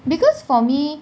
because for me